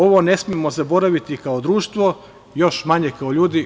Ovo ne smemo zaboraviti kao društvo, još manje kao ljudi.